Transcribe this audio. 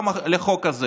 גם לחוק הזה,